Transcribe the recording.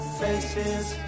faces